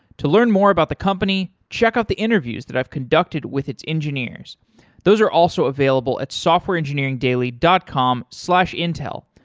to learn more about the company, check out the interviews that i've conducted with its engineers those are also available at softwareengineeringdaily dot com slash intel.